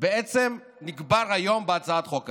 בעצם נקבר היום בהצעת החוק הזו,